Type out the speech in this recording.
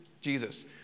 Jesus